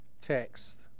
text